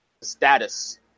status